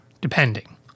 depending